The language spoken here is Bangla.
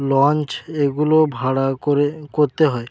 লঞ্চ এগুলো ভাড়া করে করতে হয়